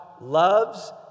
loves